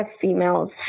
females